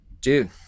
Dude